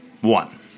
one